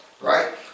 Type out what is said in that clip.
Right